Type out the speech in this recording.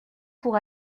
pour